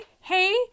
hey